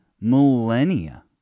millennia